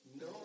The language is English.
No